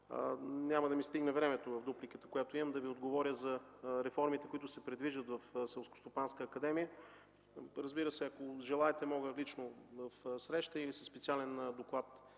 няма да ми стигне времето в дупликата да Ви отговоря за реформите, които се предвиждат в Селскостопанска академия. Разбира се, ако желаете, мога лично в среща или в специален доклад